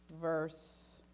verse